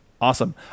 awesome